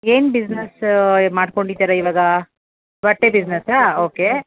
ಏನು ಬಿಸ್ನೆಸ್ ಮಾಡ್ಕೊಂಡಿದ್ದೀರ ಇವಾಗ ಬಟ್ಟೆ ಬಿಸ್ನೆಸ್ಸಾ ಓಕೆ